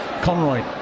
Conroy